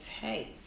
taste